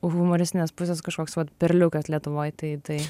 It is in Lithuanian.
humoristinės pusės kažkoks perliukas lietuvoj tai tai